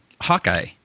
Hawkeye